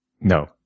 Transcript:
No